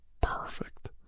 perfect